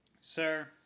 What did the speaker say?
Sir